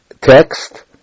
text